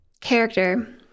character